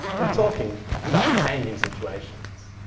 and talking about changing situations.